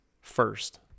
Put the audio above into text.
first